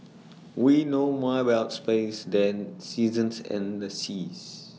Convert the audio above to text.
we know more about space than seasons and the seas